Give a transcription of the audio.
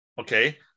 okay